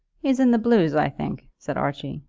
he's in the blues, i think, said archie.